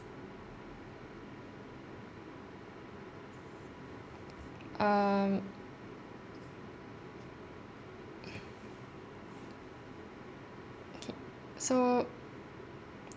um kay so